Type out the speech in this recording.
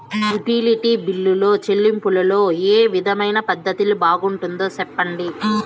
Utility బిల్లులో చెల్లింపులో ఏ విధమైన పద్దతి బాగుంటుందో సెప్పండి?